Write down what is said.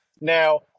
Now